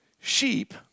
Sheep